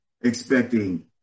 expecting